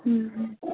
हूँ